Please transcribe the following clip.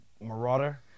marauder